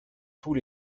tous